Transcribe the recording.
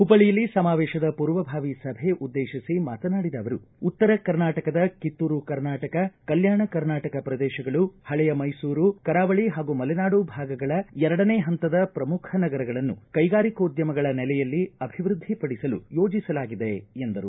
ಹುಬ್ಬಳ್ಳಿಯಲ್ಲಿ ಸಮಾವೇಶದ ಪೂರ್ವಭಾವಿ ಸಭೆ ಉದ್ದೇಶಿಸಿ ಮಾತನಾಡಿದ ಅವರು ಉತ್ತರ ಕರ್ನಾಟಕದ ಕಿತ್ತೂರು ಕರ್ನಾಟಕ ಕಲ್ಯಾಣ ಕರ್ನಾಟಕ ಪ್ರದೇಶಗಳು ಪಳೆಯ ಮೈಸೂರು ಕರಾವಳಿ ಹಾಗೂ ಮಲೆನಾಡು ಭಾಗಗಳ ಎರಡನೇ ಪಂತದ ಪ್ರಮುಖ ನಗರಗಳನ್ನು ಕೈಗಾರಿಕೋದ್ಯಮಗಳ ನೆಲೆಯಲ್ಲಿ ಅಭಿವೃದ್ಧಿ ಪಡಿಸಲು ಯೋಜಿಸಲಾಗಿದೆ ಎಂದರು